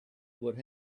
would